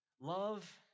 Love